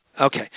Okay